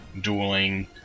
dueling